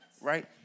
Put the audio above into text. right